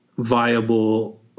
viable